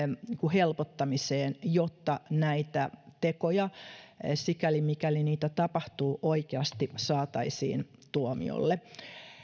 helpottamiseen jotta näitä tekoja sikäli mikäli niitä tapahtuu oikeasti saataisiin tuomiolle